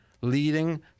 leading